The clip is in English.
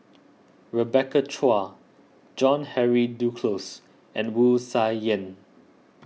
Rebecca Chua John Henry Duclos and Wu Tsai Yen